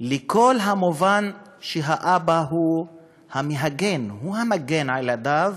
לכל המובן שהאבא הוא המגן, הוא המגן על ילדיו,